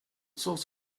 sort